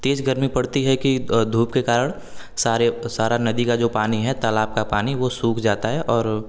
तेज़ गर्मी पड़ती है कि धूप के कारण सारे सारा नदी का जो पानी है तालाब का पानी वह सूख जाता है और